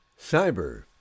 Cyber